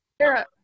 Sarah